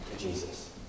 Jesus